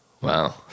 Wow